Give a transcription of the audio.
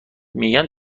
میگن